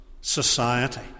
society